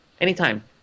Anytime